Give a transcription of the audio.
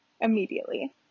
immediately